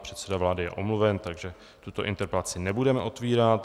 Předseda vlády je omluven, takže tuto interpelaci nebudeme otvírat.